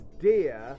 dear